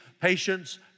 patience